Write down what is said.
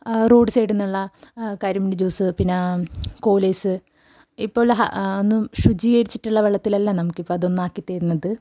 road സൈഡിൽ നിന്നുള്ള കരിമ്പു ജ്യൂസ് പിന്നെ കോലൈസ് ഇപ്പോഴുള്ള ഒന്നും ശുചീകരിച്ചിട്ടുള്ള വെള്ളത്തിലല്ല നമുക്കിതൊന്നും ആക്കിത്തരുന്നത്